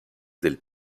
del